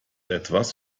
etwas